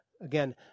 again